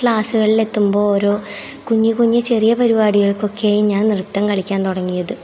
ക്ലാസുകളെത്തുമ്പോൾ ഒരോ കുഞ്ഞി കുഞ്ഞി ചെറിയ പരിപാടികൾക്കൊക്കെ ഞാൻ നൃത്തം കളിക്കാൻ തുടങ്ങിയത്